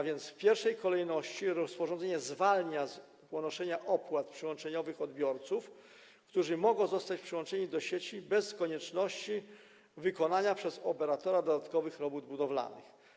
W pierwszej kolejności rozporządzenie zwalnia z ponoszenia opłat przyłączeniowych odbiorców, którzy mogą zostać przyłączeni do sieci bez konieczności wykonania przez operatora dodatkowych robót budowlanych.